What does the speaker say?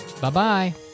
bye-bye